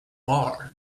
bar